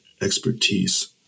expertise